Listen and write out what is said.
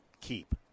keep